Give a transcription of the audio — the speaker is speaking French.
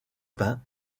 pin